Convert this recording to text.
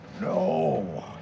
No